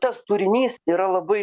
tas turinys yra labai